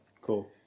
cool